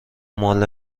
مال